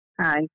Hi